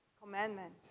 commandment